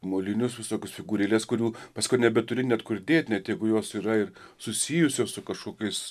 molinius visokius figūrėles kurių paskui nebeturi net kur dėt net jeigu jos yra ir susijusios su kažkokiais